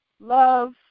love